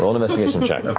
investigation check.